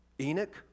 Enoch